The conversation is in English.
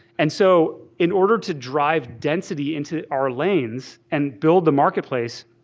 and so in order to drive density into our lanes and build the marketplace,